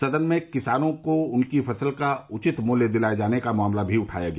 सदन में किसानों को उनकी फसल का उचित मूल्य दिलाये जाने का मामला भी उठाया गया